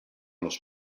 los